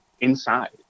inside